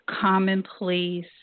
commonplace